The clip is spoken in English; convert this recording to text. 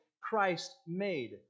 Christ-made